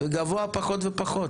וגבוה פחות ופחות.